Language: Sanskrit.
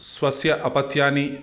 स्वस्य अपत्यानि